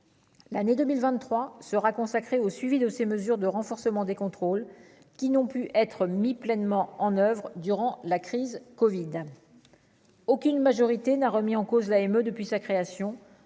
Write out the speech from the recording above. L'année 2023 sera consacré au suivi de ces mesures de renforcement des contrôles qui n'ont pu être mis pleinement en oeuvre durant la crise Covid aucune majorité n'a remis en cause l'AME depuis sa création,